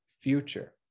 future